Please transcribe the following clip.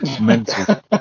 mental